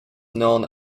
known